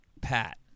pat